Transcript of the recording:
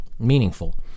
meaningful